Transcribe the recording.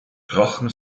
drachen